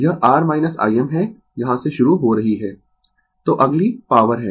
Refer Slide Time 2119 तो अगली power है